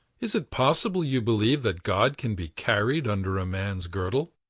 is it possible you believe that god can be carried under a man's girdle?